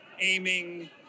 aiming